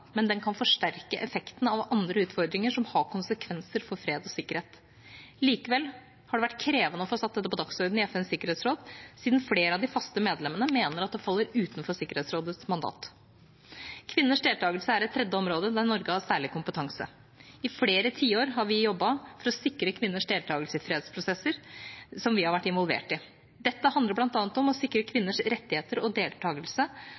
men de kan forsterke effekten av andre utfordringer som har konsekvenser for fred og sikkerhet. Likevel har det vært krevende å få satt dette på dagsordenen i FNs sikkerhetsråd, siden flere av de faste medlemmene mener det faller utenfor Sikkerhetsrådets mandat. Kvinners deltakelse er et tredje område der Norge har særlig kompetanse. I flere tiår har vi jobbet for å sikre kvinners deltakelse i fredsprosesser som vi har vært involvert i. Dette handler bl.a. om å sikre kvinners rettigheter og deltakelse